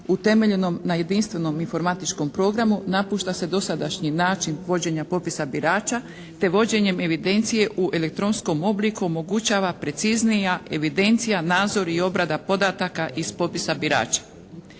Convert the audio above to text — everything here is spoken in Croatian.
utemeljenom na jedinstvenom informatičkom programu napušta se dosadašnji način vođenja popisa birača te vođenjem evidencije u elektronskom obliku omogućava preciznija evidencija, nadzor i obrada podataka iz popisa birača.